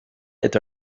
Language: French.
est